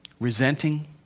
resenting